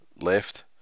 Left